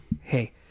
hey